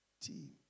Team